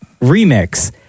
remix